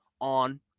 on